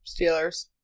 Steelers